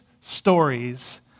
stories